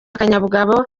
akanyabugabo